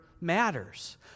matters